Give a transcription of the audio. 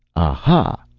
aha!